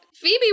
Phoebe